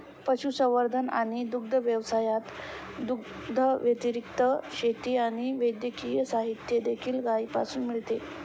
पशुसंवर्धन आणि दुग्ध व्यवसायात, दुधाव्यतिरिक्त, शेती आणि वैद्यकीय साहित्य देखील गायीपासून मिळते